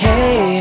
Hey